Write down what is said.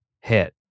hit